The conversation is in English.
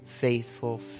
faithful